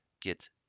get